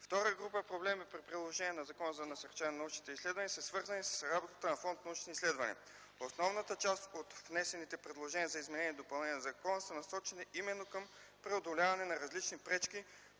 Втората група проблеми при приложението на Закона за насърчаване на научните изследвания са свързани с работата на фонд „Научни изследвания”. Основната част от внесените предложения за изменение и допълнение на закона са насочени именно към преодоляване на различни пречки,